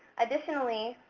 additionally,